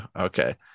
Okay